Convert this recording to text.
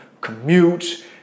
commute